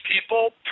people